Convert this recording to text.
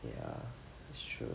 ya it's true